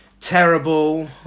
terrible